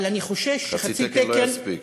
אבל אני חושש שחצי תקן, חצי תקן לא יספיק.